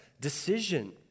decision